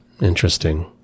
interesting